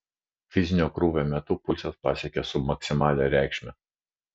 fizinio krūvio metu pulsas pasiekė submaksimalią reikšmę